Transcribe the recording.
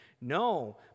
No